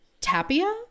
Tapia